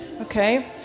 Okay